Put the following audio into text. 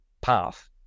path